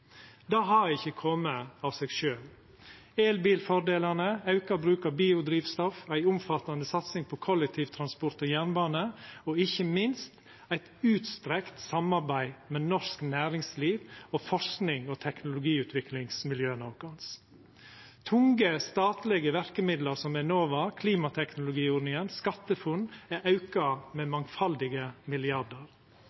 Det har ikkje kome av seg sjølv: elbilfordelane, auka bruk av biodrivstoff, ei omfattande satsing på kollektivtransport og jernbane – og ikkje minst eit utstrekt samarbeid med norsk næringsliv og forsking og teknologiutviklingsmiljøa våre. Tunge statlege verkemiddel som Enova, klimateknologiordninga og SkatteFUNN er auka med